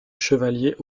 chevalier